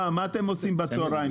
מה, מה אתם עושים בצהריים?